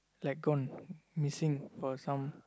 like gone missing or some